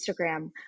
Instagram